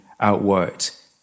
outworked